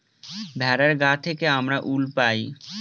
ভেড়ার গা থেকে আমরা উল পাই